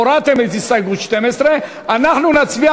הורדתם את הסתייגות 12. אנחנו נצביע